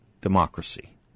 democracy